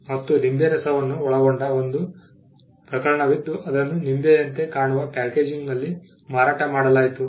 ಮತ್ತು ನಿಂಬೆ ರಸವನ್ನು ಒಳಗೊಂಡ ಒಂದು ಪ್ರಕರಣವಿದ್ದು ಅದನ್ನು ನಿಂಬೆಯಂತೆ ಕಾಣುವ ಪ್ಯಾಕೇಜಿಂಗ್ನಲ್ಲಿ ಮಾರಾಟ ಮಾಡಲಾಯಿತು